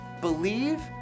believe